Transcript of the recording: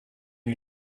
you